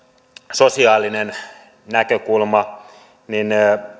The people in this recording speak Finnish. sosiaalinen näkökulma niin